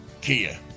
Kia